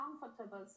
comfortable